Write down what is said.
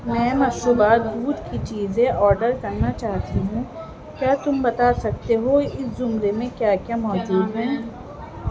میں مشروبات دودھ کی چیزیں آڈر کرنا چاہتی ہوں کیا تم بتا سکتے ہو اس زمرے میں کیا کیا موجود ہیں